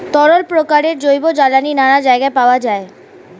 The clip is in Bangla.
তরল প্রকারের জৈব জ্বালানি নানা জায়গায় পাওয়া যায়